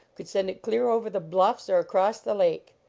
could send it clear over the bluffs or across the lake.